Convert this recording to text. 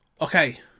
Okay